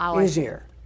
easier